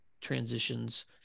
transitions